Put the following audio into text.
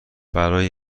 برای